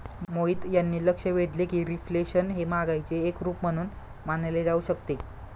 मोहित यांनी लक्ष वेधले की रिफ्लेशन हे महागाईचे एक रूप म्हणून मानले जाऊ शकते